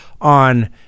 on